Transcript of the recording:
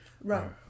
Right